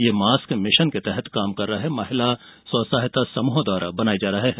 ये mask mission के तहत काम कर रहे महिला स्व सहायता समूहों द्वारा बनाये जा रहे हैं